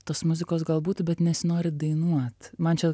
tos muzikos galbūt bet nesinori dainuot man čia